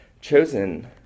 chosen